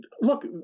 Look